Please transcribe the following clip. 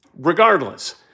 Regardless